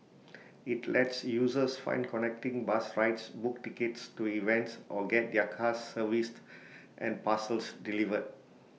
IT lets users find connecting bus rides book tickets to events or get their cars serviced and parcels delivered